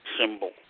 symbol